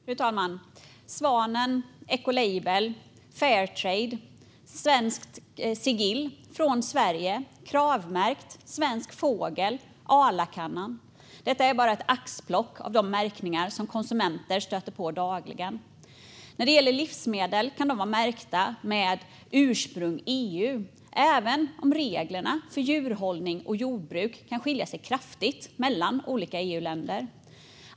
Fru talman! Svanen, Ecolabel, Fairtrade, Svenskt Sigill, Från Sverige, Kravmärkt, Svensk Fågel och Arlakannan är bara ett axplock av de märkningar som konsumenter stöter på dagligen. Livsmedel kan vara märkta Ursprung EU, även om reglerna för djurhållning och jordbruk kan skilja sig kraftigt åt mellan olika EU-länder.